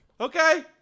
Okay